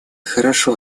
хорошо